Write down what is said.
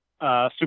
Super